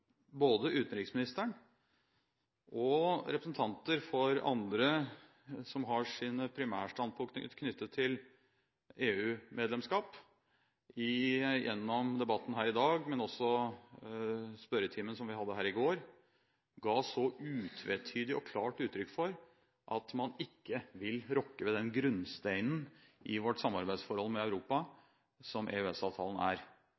både utenriksministeren og representanter for andre som har sine primærstandpunkter knyttet til EU-medlemskap, gjennom debatten her i dag, men også i spørretimen som vi hadde her i går, ga så utvetydig og klart uttrykk for at man ikke vil rokke ved den grunnsteinen i vårt samarbeidsforhold med Europa som EØS-avtalen er.